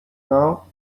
now